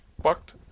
fucked